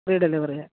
free delivery ആണ്